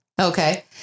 Okay